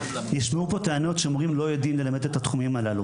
נשמעו פה טענות על כך שמורים לא יודעים ללמד את התחומים הללו,